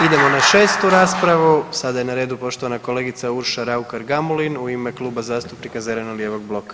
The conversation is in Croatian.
Idemo na 6. raspravu, sada je na redu poštovana kolegica Urša Raukar-Gamulin u ime Kluba zastupnika zeleno-lijevog bloka.